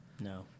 No